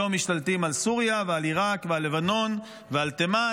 היום משתלטים על סוריה ועל עיראק ועל לבנון ועל תימן.